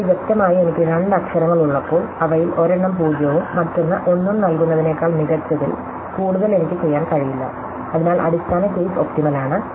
ഇപ്പോൾ വ്യക്തമായി എനിക്ക് രണ്ട് അക്ഷരങ്ങൾ ഉള്ളപ്പോൾ അവയിൽ ഒരെണ്ണം 0 ഉം മറ്റൊന്ന് 1 ഉം നൽകുന്നതിനേക്കാൾ മികച്ചത്തിൽ കൂടുതൽ എനിക്ക് ചെയ്യാൻ കഴിയില്ല അതിനാൽ അടിസ്ഥാന കേസ് ഒപ്റ്റിമൽ ആണ്